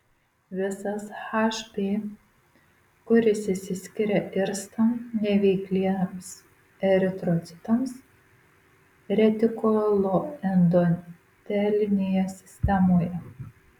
visas hb kuris išsiskiria irstant neveikliems eritrocitams retikuloendotelinėje sistemoje